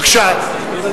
בבקשה.